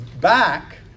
back